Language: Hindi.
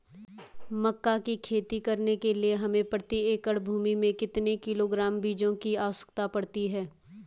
मक्का की खेती करने के लिए हमें प्रति एकड़ भूमि में कितने किलोग्राम बीजों की आवश्यकता पड़ती है?